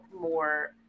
more